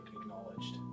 acknowledged